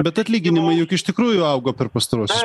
bet atlyginimai juk iš tikrųjų augo per pastaruosius